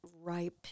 ripe